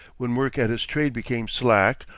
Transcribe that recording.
when work at his trade became slack,